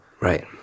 Right